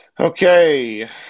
Okay